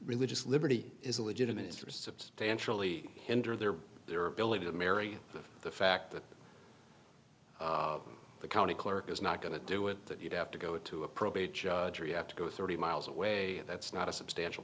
religious liberty is a legitimate interest substantially hinder their their ability to marry the fact that the county clerk is not going to do it that you have to go to a probate judge or you have to go thirty miles away that's not a substantial